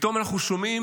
פתאום אנחנו שומעים